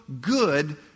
good